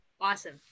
awesome